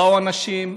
באו אנשים,